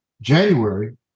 January